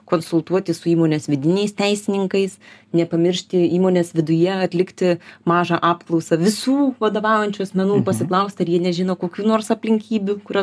konsultuotis su įmonės vidiniais teisininkais nepamiršti įmonės viduje atlikti mažą apklausą visų vadovaujančių asmenų pasiklausti ar jie nežino kokių nors aplinkybių kurios